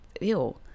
ew